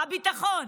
הביטחון,